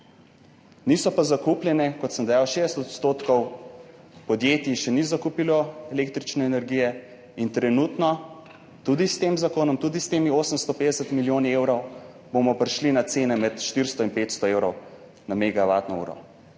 Niso pa zakupljene, kot sem dejal, za 60 % podjetij, ki še ni zakupilo električne energije in trenutno bomo tudi s tem zakonom, tudi s temi 850 milijoni evrov, prišli na cene med 400 in 500 evrov za megavatno uro.